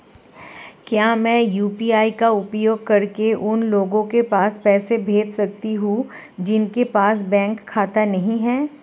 क्या मैं यू.पी.आई का उपयोग करके उन लोगों के पास पैसे भेज सकती हूँ जिनके पास बैंक खाता नहीं है?